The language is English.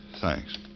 Thanks